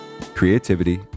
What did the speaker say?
Creativity